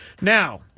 Now